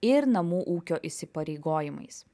ir namų ūkio įsipareigojimais